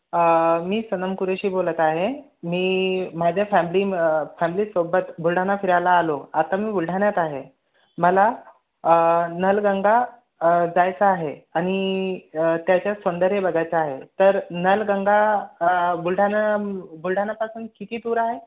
मी सनम कुरेशी बोलत आहे मी माझ्या फॅमिली म फॅमिलीसोबत बुलढाणा फिरायला आलो आता मी बुलढाण्यात आहे मला नळगंगा जायचं आहे आणि त्याचं सौंदर्य बघायचं आहे तर नळगंगा बुलढाण्या बुलढाण्यापासून किती दूर आहे